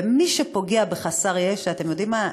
ומי שפוגע בחסר ישע, אתם יודעים מה,